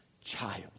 child